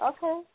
Okay